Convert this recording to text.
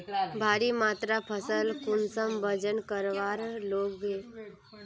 भारी मात्रा फसल कुंसम वजन करवार लगे?